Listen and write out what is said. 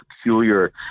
peculiar